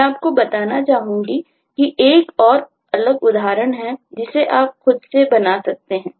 मैं आपको यह बताना चाहूंगा कि एक और अलग उदाहरण हैजिसे आप खुद से बना सकते हैं